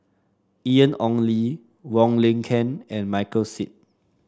Ian Ong Li Wong Lin Ken and Michael Seet